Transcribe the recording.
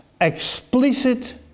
explicit